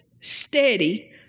steady